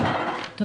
מיכאלי, בבקשה.